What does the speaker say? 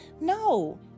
no